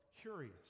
curious